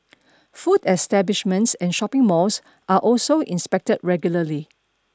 food establishments and shopping malls are also inspected regularly